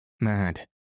mad